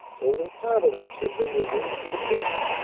only part of which had been removed to the kitchen.